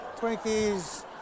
Twinkies